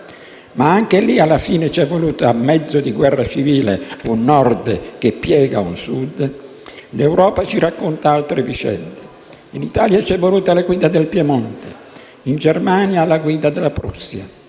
(ma anche lì alla fine ci è voluto, a mezzo di guerra civile, un Nord che piega un Sud), l'Europa ci racconta altre vicende: in Italia c'è voluta la guida del Piemonte, in Germania la guida della Prussia.